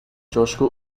coşku